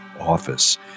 office